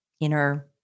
inner